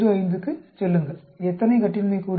05 க்குச் செல்லுங்கள் எத்தனை கட்டின்மை கூறுகள்